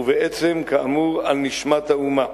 ובעצם כאמור על נשמת האומה,